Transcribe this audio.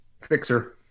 Fixer